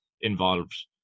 involved